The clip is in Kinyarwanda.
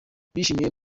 bishimiye